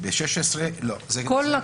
אבל ב-16 אני לא מקבל, זה סעיף יותר מדי כללי.